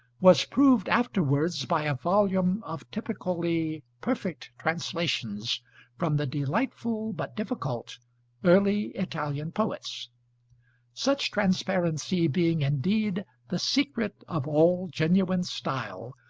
was proved afterwards by a volume of typically perfect translations from the delightful but difficult early italian poets such transparency being indeed the secret of all genuine style,